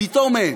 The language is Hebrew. פתאום אין,